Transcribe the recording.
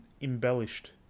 embellished